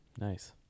Nice